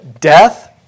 death